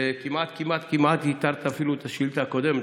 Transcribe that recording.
וכמעט כמעט כמעט ייתרת אפילו את השאילתה הקודמת,